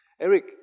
Eric